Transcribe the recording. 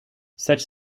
such